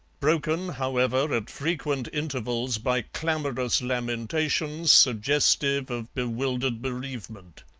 broken, however, at frequent intervals, by clamorous lamentations suggestive of bewildered bereavement.